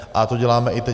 A to děláme i teď.